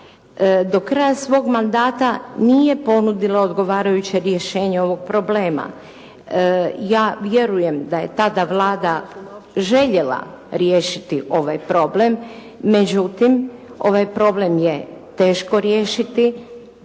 do kraja svog mandata nije ponudila odgovarajuće rješenje ovog problema. Ja vjerujem da je tada Vlada željela riješiti ovaj problem, međutim ovaj problem je teško riješiti